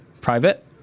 private